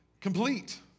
complete